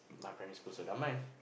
my primary school also Damai